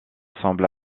semble